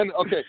Okay